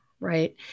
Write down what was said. right